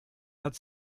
hat